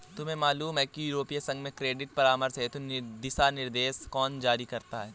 तुम्हें मालूम है कि यूरोपीय संघ में क्रेडिट परामर्श हेतु दिशानिर्देश कौन जारी करता है?